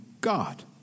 God